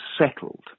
settled